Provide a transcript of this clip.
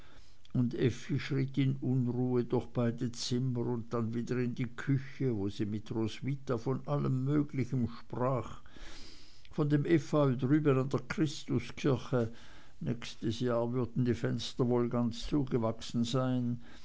und effi schritt in unruhe durch beide zimmer und dann wieder in die küche wo sie mit roswitha von allem möglichen sprach von dem efeu drüben an der christuskirche nächstes jahr würden die fenster wohl ganz zugewachsen sein